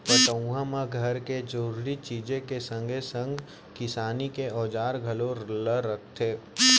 पटउहाँ म घर के जरूरी चीज के संगे संग किसानी के औजार घलौ ल रखथे